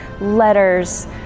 letters